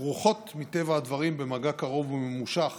כרוכות מטבע הדברים במגע קרוב וממושך